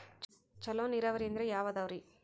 ಚಲೋ ನೀರಾವರಿ ಅಂದ್ರ ಯಾವದದರಿ?